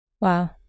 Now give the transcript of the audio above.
Wow